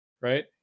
right